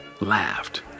laughed